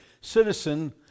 citizen